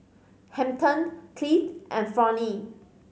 Hampton Cliff and Fronnie